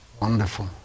Wonderful